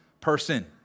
person